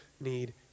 need